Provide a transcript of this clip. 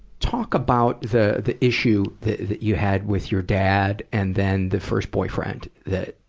talk about the, the issue tha, that you had with your dad and then the first boyfriend that,